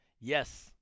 yes